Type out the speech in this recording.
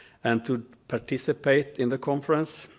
and to participate in the conference.